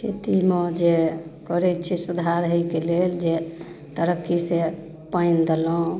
खेतीमे जे करै छै सुधार होइके लेल जे तरकीसेँ पानि देलहुँ